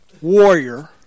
warrior